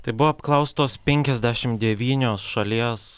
tai buvo apklaustos penkiasdešim devynios šalies